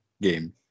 game